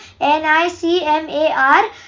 NICMAR